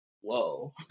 whoa